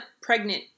pregnant